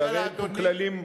שהרי אין פה כללים ברורים.